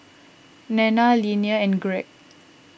Nanna Linnea and Gregg